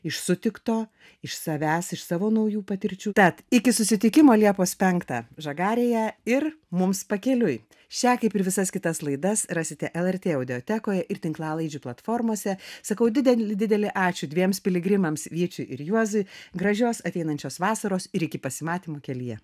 iš sutikto iš savęs iš savo naujų patirčių tad iki susitikimo liepos penktą žagarėje ir mums pakeliui šią kaip ir visas kitas laidas rasite lrt audiotekoje ir tinklalaidžių platformose sakau didelį didelį ačiū dviems piligrimams vyčiui ir juozui gražios ateinančios vasaros ir iki pasimatymo kelyje